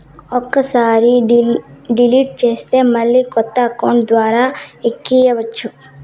ఒక్కసారి డిలీట్ చేస్తే మళ్ళీ కొత్త అకౌంట్ ద్వారా ఎక్కియ్యచ్చు